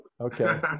Okay